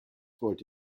wollte